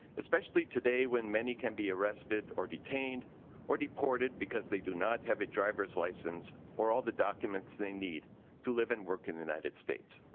especially today when many can be arrested or detained or deported because they do not have a drivers license or all the documents they need to live and work in the united states.